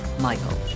Michael